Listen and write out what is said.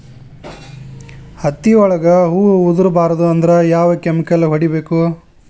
ಹತ್ತಿ ಒಳಗ ಹೂವು ಉದುರ್ ಬಾರದು ಅಂದ್ರ ಯಾವ ಕೆಮಿಕಲ್ ಹೊಡಿಬೇಕು?